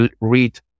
read